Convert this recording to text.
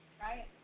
Right